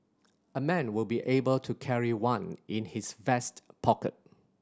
a man will be able to carry one in his vest pocket